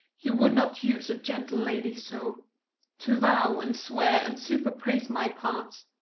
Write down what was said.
you would not use a gentle lady so to vow, and swear, and superpraise my parts,